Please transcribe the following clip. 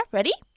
Ready